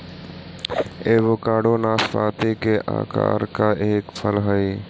avocado नाशपाती के आकार का एक फल हई